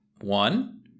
one